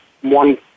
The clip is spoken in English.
one